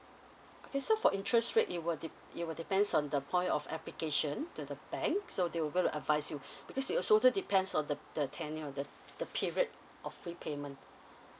okay so for interest rate it will dep~ it will depends on the point of application to the bank so they'll be able to advise you because it also d~ depends on the the tenure the the period of free payment